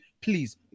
please